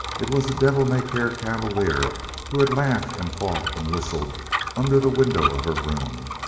it was the devil-may-care cavalier who had laughed and fought and whistled under the window of her room.